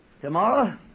Tomorrow